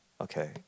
Okay